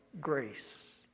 grace